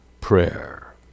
prayer